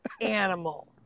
animal